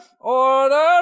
Order